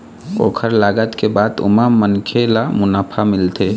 ओखर लागत के बाद ओमा मनखे ल मुनाफा मिलथे